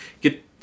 get